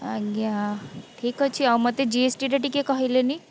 ଆଜ୍ଞା ଠିକ୍ ଅଛି ଆଉ ମୋତେ ଜିଏସ୍ଟି ଟିକିଏ କହିଲେନି